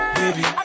baby